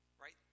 right